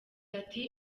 ati